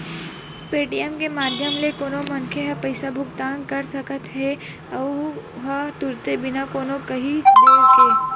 Paytm के माधियम ले कोनो मनखे ह पइसा भुगतान कर सकत हेए अहूँ ह तुरते बिना कोनो काइही देर के